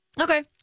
okay